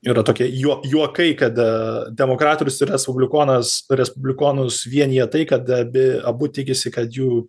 yra tokie juo juokai kad demokratas ir respublikonas respublikonus vienija tai kad abi abu tikisi kad jų